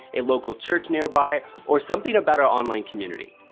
a local church nearby, or something about our online community.